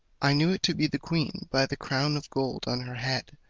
i knew it to be the queen, by the crown of gold on her head,